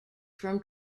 from